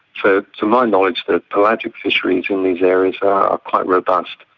to to my knowledge, the pelagic fisheries in these areas are quite robust.